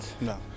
No